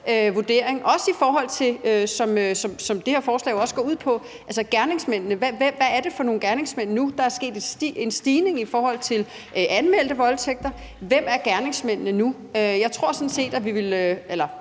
vurdering, som det her forslag jo også går ud på. Altså, hvad er det for nogle gerningsmænd nu? Der er sket en stigning i forhold til anmeldte voldtægter. Hvem er gerningsmændene nu? Jeg tror sådan set, at vi eller